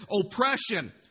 oppression